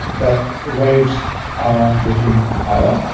that the waves are getting higher,